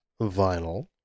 vinyl